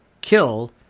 kill